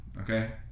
Okay